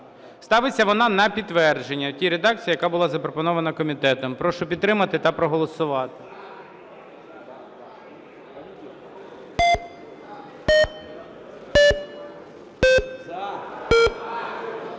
Ставиться вона на підтвердження в тій редакції, яка була запропонована комітетом. Прошу підтримати та проголосувати.